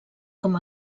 com